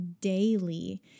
daily